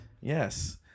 Yes